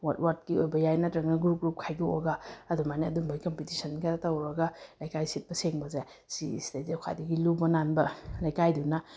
ꯋꯥꯔꯠ ꯋꯥꯔꯠꯀꯤ ꯑꯣꯏꯕ ꯌꯥꯏ ꯅꯠꯇ꯭ꯔꯒꯅ ꯒ꯭ꯔꯨꯞ ꯒ꯭ꯔꯨꯞ ꯈꯥꯏꯗꯣꯛꯑꯒ ꯑꯗꯨꯃꯥꯏꯅ ꯑꯗꯨꯝꯕꯒꯤ ꯀꯝꯄꯤꯇꯤꯁꯟꯒ ꯇꯧꯔꯒ ꯂꯩꯀꯥꯏ ꯁꯤꯠꯄ ꯁꯦꯡꯕꯁꯦ ꯁꯤꯁꯤꯗꯩꯗ ꯈ꯭ꯋꯥꯏꯗꯒꯤ ꯂꯨꯕ ꯅꯥꯟꯅꯕ ꯂꯩꯀꯥꯏꯗꯨꯅ